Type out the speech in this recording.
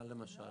מה למשל?